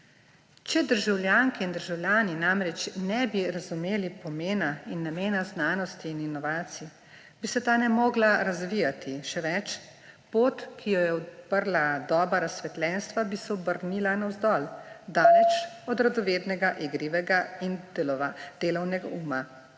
Če državljanke in državljani namreč ne bi razumeli pomena in namena znanosti in inovacij, se ta ne bi mogla razvijati. Še več, pot, ki jo je odprla doba razsvetljenstva, bi se obrnila navzdol, daleč od radovednega, igrivega in delovnega uma.